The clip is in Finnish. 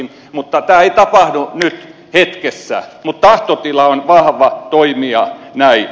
tämä ei tapahdu nyt hetkessä mutta tahtotila on vahva toimia näin